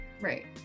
Right